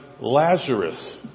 Lazarus